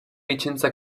licenza